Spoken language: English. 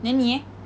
then 你 leh